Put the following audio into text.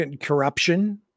corruption